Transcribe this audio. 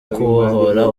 kubohora